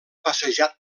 passejat